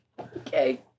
Okay